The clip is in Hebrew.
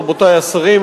רבותי השרים,